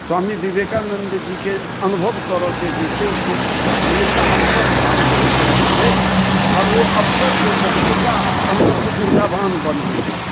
स्वामी विवेकानन्दजीके अनुभव करऽके जे छै पोथीसँ हमेशा अवसर प्राप्त होइत रहै छै आओर ओ अवसर जे छै हमेशा अन्दरसँ ऊर्जावान बनबै छै